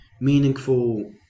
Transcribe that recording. meaningful